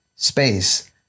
space